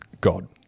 God